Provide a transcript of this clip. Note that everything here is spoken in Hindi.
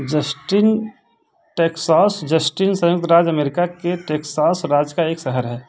जस्टिन टेक्सास जस्टिन संयुक्त राज्य अमेरिका के टेक्सास राज्य का एक शहर है